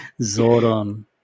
zordon